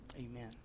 Amen